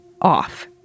off